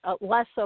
less